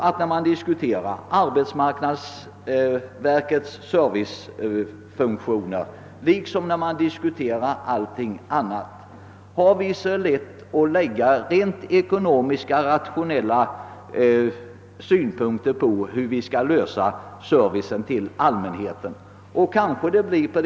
När vi behandlar frågan om arbetsmarknadsverkets servicefunktioner och liknande spörsmål har vi så lätt att anlägga renodlat ekonomiska-rationella synpunkter på hur servicen till allmänheten skall ordnas.